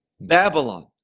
Babylon